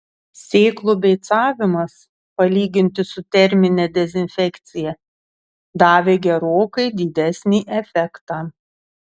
sėklų beicavimas palyginti su termine dezinfekcija davė gerokai didesnį efektą